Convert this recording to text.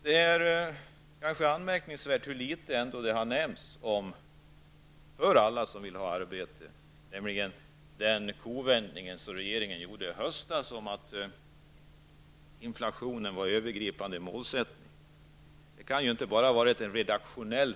Det är anmärkningsvärt hur litet som har nämnts om den kovändning regeringen gjorde i höstas, när man förklarade att det övergripande målet var att bekämpa inflationen. Den förändring som har skett på ett år kan ju inte bara vara redaktionell.